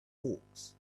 hawks